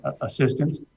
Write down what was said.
assistance